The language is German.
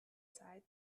zeit